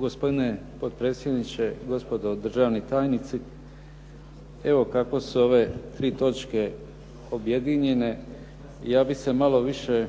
Gospodine potpredsjedniče, gospodo državni tajnici. Evo kako su ove tri točke objedinjene ja bih se malo više